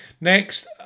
Next